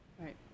right